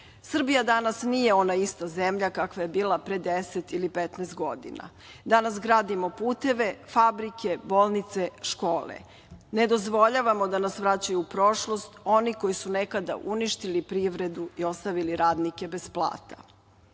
voda. Srbija danas nije ona ista zemlja kakva je bila pre 10 ili 15 godina. Danas gradimo puteve, fabrike, bolnice, škole, ne dozvoljavamo da nas vraćaju u prošlost oni koji su nekada uništili privredu i ostavili radnike bez plata.